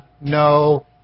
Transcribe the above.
no